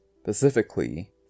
specifically